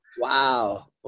Wow